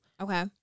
Okay